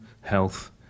health